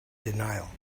denial